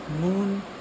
Moon